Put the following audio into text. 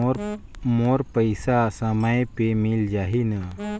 मोर पइसा समय पे मिल जाही न?